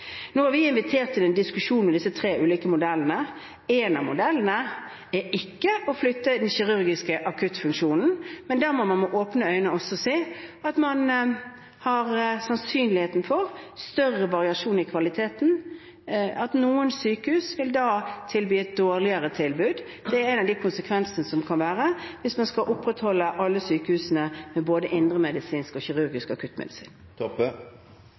Nå har vi invitert til en diskusjon om disse tre ulike modellene. Én av modellene er ikke å flytte den kirurgiske akuttfunksjonen, men her må man med åpne øyne også se sannsynligheten for større variasjon i kvaliteten. At noen sykehus da vil ha et dårligere tilbud, er en av konsekvensene hvis man skal opprettholde både indremedisinsk og kirurgisk akuttfunksjon i alle sykehus. Statsministeren legg til grunn at statsråd Høie ikkje har tatt stilling, og